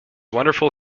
wonderful